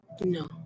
No